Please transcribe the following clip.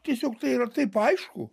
tiesiog tai yra taip aišku